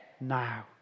now